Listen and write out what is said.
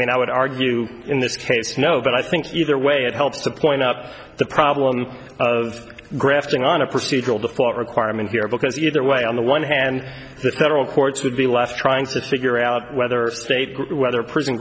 mean i would argue in this case no but i think either way it helps to point out the problem of grafting on a procedural default requirement here because either way on the one hand the federal courts would be last trying to figure out whether state group whether prison